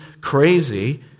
crazy